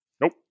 Nope